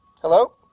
Hello